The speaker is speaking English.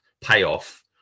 payoff